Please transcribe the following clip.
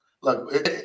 Look